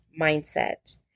mindset